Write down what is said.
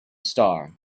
star